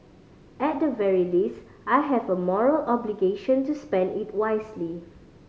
at the very least I have a moral obligation to spend it wisely